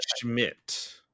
schmidt